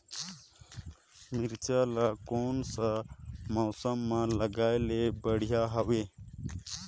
मिरचा ला कोन सा मौसम मां लगाय ले बढ़िया हवे